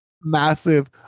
massive